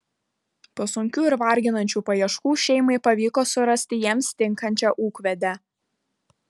po sunkių ir varginančių paieškų šeimai pavyko surasti jiems tinkančią ūkvedę